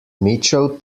mitchell